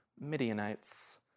Midianites